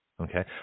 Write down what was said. Okay